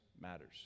matters